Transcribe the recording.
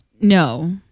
No